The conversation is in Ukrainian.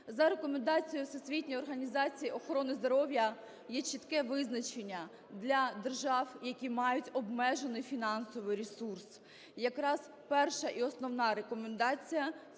За рекомендацією Всесвітньої організації охорони здоров'я є чітке визначення для держав, які мають обмежений фінансовий ресурс. Якраз перша, і основна, рекомендація -